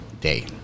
day